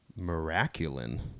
miraculin